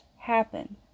happen